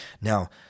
Now